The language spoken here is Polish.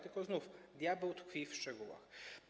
Tylko znów diabeł tkwi w szczegółach.